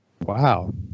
wow